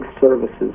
services